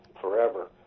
forever